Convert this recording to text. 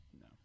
no